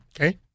Okay